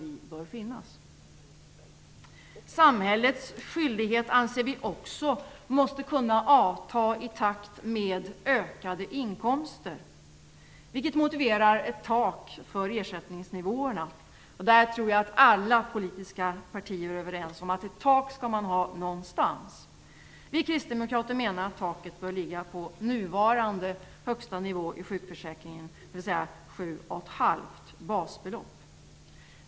Vi anser också att samhällets skyldighet måste kunna avta i takt med ökade inkomster, vilket motiverar ett tak för ersättningsnivåerna. Jag tror att alla politiska partier är överens om att ett tak skall man ha någonstans. Vi kristdemokrater menar att taket bör ligga på nuvarande högsta nivå i sjukförsäkringen, dvs. 7,5 basbelopp.